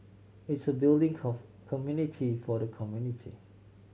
it's a building community for the community